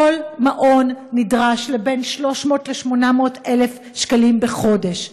לכל מעון נדרשים בין 300,000 ל-800,000 שקלים בחודש.